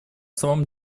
самом